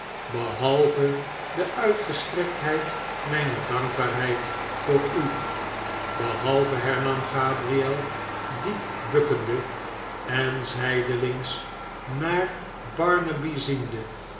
behalve de uitgestrektheid mijner dankbaarheid voor u behalve hernam gabriel diep bukkende en zijdelings naar barnaby ziende